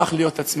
הפך להיות עצמאי,